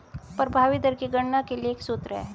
प्रभावी दर की गणना के लिए एक सूत्र है